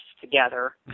together